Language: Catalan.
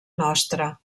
nostra